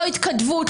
לא התכתבות,